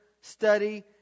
study